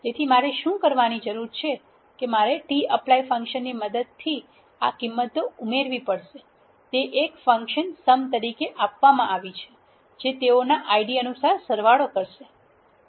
તેથી મારે શું કરવાની જરૂર છે tapply ફંક્શનની મદદ થી હું આ કિંમતો ઉમેરવા માંગુ છું તે અહીં એક ફંકશન સમ તરીકે આપવામાં આવ્યું છે જે તેઓની Id અનુસાર સરવાળો કરે છે